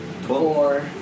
Four